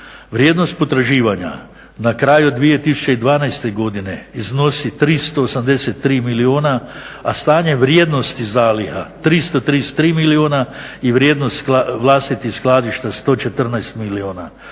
Vrijednost potraživanja na kraju 2012. godine iznosi 383 milijuna, a stanje vrijednosti zaliha 333 milijuna i vrijednost vlastitih skladišta 114 milijuna,